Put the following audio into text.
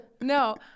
No